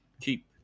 keep